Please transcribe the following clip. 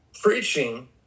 preaching